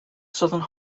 southern